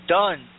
done